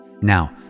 Now